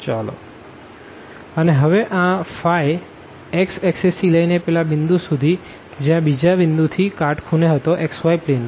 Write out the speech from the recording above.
અને હવે આ એન્ગલ x એક્ષિસ થી લઈને પેલા પોઈન્ટ સુધી જે આ બીજા પોઈન્ટથી કાટખૂણે હતો xy પ્લેનમાં